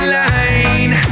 line